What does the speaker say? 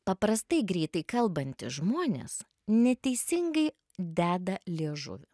paprastai greitai kalbantis žmonės neteisingai deda liežuvį